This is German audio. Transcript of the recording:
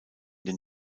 den